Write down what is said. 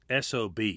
SOB